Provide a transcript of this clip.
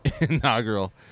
Inaugural